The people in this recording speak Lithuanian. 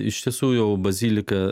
iš tiesų jau bazilika